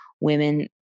women